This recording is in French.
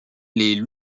les